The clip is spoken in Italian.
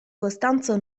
costanzo